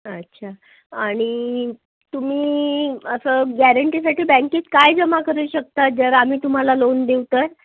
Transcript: अच्छा आणि तुम्ही असं गॅरेंटीसाठी बँकेत काय जमा करू शकता जर आम्ही तुम्हाला लोन देऊ तर